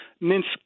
Minsk